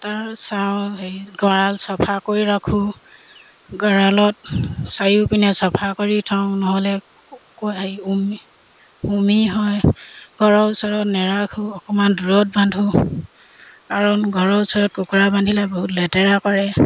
তাৰ চাওঁ হেৰি গঁৰাল চফা কৰি ৰাখোঁ গঁৰালত চাৰিওপিনে চফা কৰি থওঁ নহ'লে হেৰি হুমি হুমি হয় ঘৰৰ ওচৰত নাৰাখোঁ অকণমান দূৰত বান্ধো কাৰণ ঘৰৰ ওচৰত কুকুৰা বান্ধিলে বহুত লেতেৰা কৰে